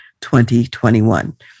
2021